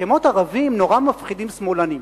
שמות ערביים נורא מפחידים שמאלנים,